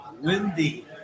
windy